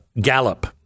Gallup